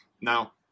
Now